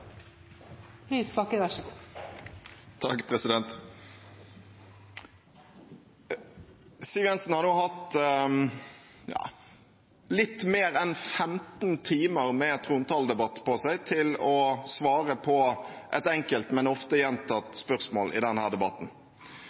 Siv Jensen har nå hatt litt mer enn 15 timer med trontaledebatt på seg til å svare på et enkelt, men ofte gjentatt spørsmål i denne debatten.